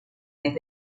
mes